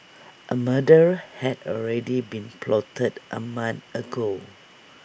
A murder had already been plotted A month ago